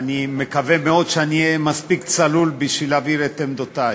אני מקווה מאוד שאני אהיה מספיק צלול בשביל להבהיר את עמדותי.